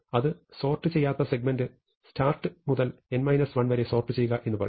അത് സോർട്ട് ചെയ്യാത്ത segment start മുതൽ n 1 വരെ സോർട്ട് ചെയ്യുക എന്ന് പറയുന്നു